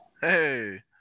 hey